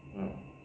mm